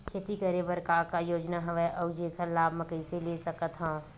खेती करे बर का का योजना हवय अउ जेखर लाभ मैं कइसे ले सकत हव?